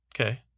Okay